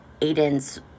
Aiden's